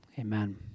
Amen